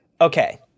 Okay